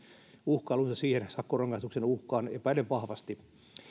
uhkailunsa siihen sakkorangaistuksen uhkaan epäilen vahvasti